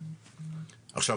עכשיו,